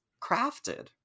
crafted